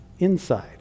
inside